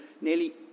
nearly